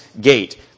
gate